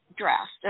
draft